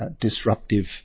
disruptive